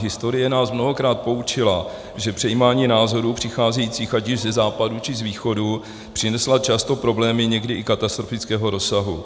Historie nás mnohokrát poučila, že přejímání názorů přicházejících ať již ze Západu, či z Východu přinesla často problémy někdy i katastrofického rozsahu.